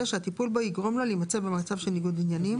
שהטיפול בו יגרום לו להימצא במצב של ניגוד עניינים.